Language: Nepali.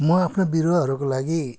म आफ्नो विरुवाहरूको लागि